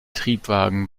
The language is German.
triebwagen